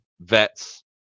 vets